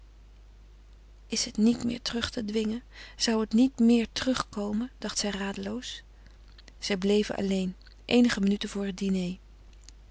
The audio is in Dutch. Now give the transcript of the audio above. is het niet meer terug te dwingen zou het niet meer terugkomen dacht zij radeloos ze bleven alleen eenige minuten voor het diner